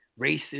racist